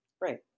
right